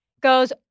goes